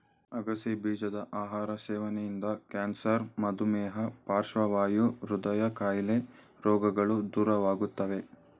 ಅಗಸೆ ಬೀಜದ ಆಹಾರ ಸೇವನೆಯಿಂದ ಕ್ಯಾನ್ಸರ್, ಮಧುಮೇಹ, ಪಾರ್ಶ್ವವಾಯು, ಹೃದಯ ಕಾಯಿಲೆ ರೋಗಗಳು ದೂರವಾಗುತ್ತವೆ